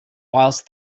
whilst